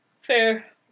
Fair